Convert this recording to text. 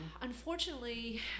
unfortunately